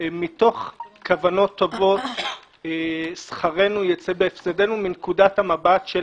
שמתוך כוונות טובות שכרנו ייצא בהפסדנו מנקודת המבט של